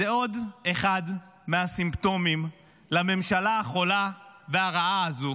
זה עוד אחד מהסימפטומים לממשלה החולה והרעה הזו,